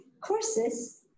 courses